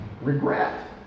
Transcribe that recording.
Regret